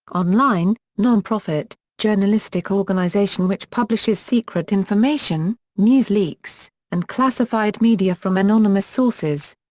online, non-profit, journalistic organisation which publishes secret information, news leaks, and classified media from anonymous sources.